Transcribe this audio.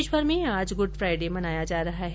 देशभर में आज गुड फ़ाइडे मनाया जा रहा है